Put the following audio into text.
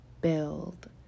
build